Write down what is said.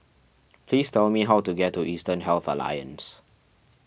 please tell me how to get to Eastern Health Alliance